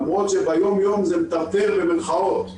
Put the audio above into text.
למרות שביום-יום זה מטרטר במירכאות,